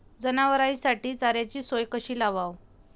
जनावराइसाठी चाऱ्याची सोय कशी लावाव?